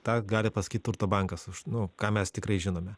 tą gali pasakyt turto bankas nu ką mes tikrai žinome